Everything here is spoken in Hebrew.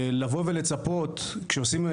לבוא ולצפות כשעושים,